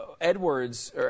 Edwards